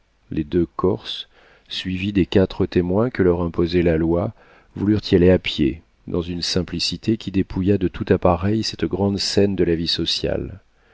les deux corses suivis des quatre témoins que leur imposait la loi voulurent y aller à pied dans une simplicité qui dépouilla de tout appareil cette grande scène de la vie sociale